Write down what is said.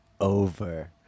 over